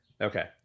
Okay